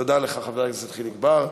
תודה לך, חבר הכנסת חיליק בר.